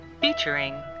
Featuring